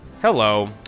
Hello